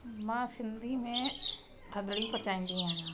मां सिंधी में थदड़ी पचाईंदी आहियां